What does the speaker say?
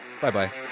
Bye-bye